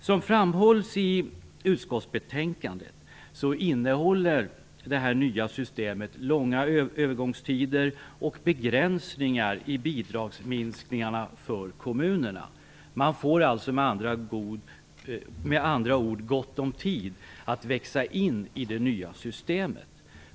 Som framhålls i utskottsbetänkandet innehåller det nya systemet långa övergångstider och begränsningar i bidragsminskningarna för kommunerna. Man får alltså med andra ord gott om tid att växa in i det nya systemet.